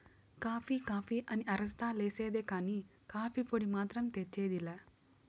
coffee coffee అని అరస్తా లేసేదే కానీ, కాఫీ పొడి మాత్రం తెచ్చేది లా